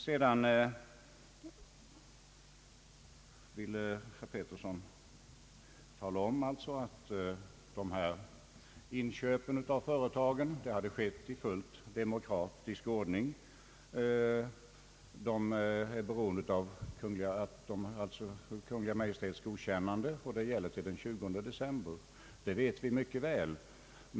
Herr Petersson ville säga att inköpet av företag hade skett i fullt demokratisk ordning och var beroende av riksdagens godkännande före den 20 december. Det vet vi mycket väl.